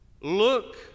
Look